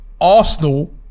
Arsenal